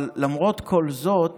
אבל למרות כל זאת